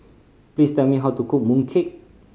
please tell me how to cook mooncake